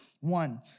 One